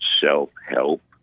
self-help